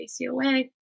ACOA